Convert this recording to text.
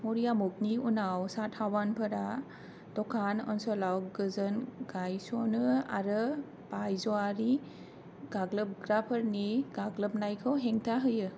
मौर्य मुगानि उनाव सातवाहनफोरा देक्कन ओनसोलाव गोजोन गायस'नो आरो बायजोयारि गाग्लोबग्राफोरनि गाग्लोबनायखौ हेंथा होयो